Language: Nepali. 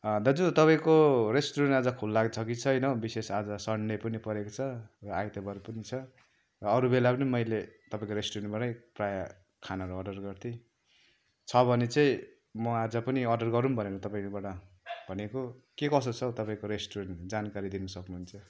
दाजु तपाईँको रेस्टुरेन्ट आज खुल्ला छ कि छैन हौ विशेष आज सनडे पनि परेको छ र आइतबार पनि छ र अरू बेला पनि मैले तपाईँको रेस्टुरेन्टबाटै प्रायः खानाहरू अर्डर गर्थेँ छ भने चाहिँ म आज पनि अर्डर गरौँ भनेको तपाईँकोबाट भनेको के कसो छ हौ तपाईँको रेस्टुरेन्ट जानकारी दिन सक्नुहुन्छ